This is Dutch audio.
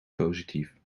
positief